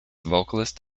vocalist